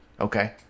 Okay